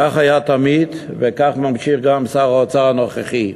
כך היה תמיד וכך ממשיך גם שר האוצר הנוכחי.